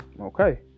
Okay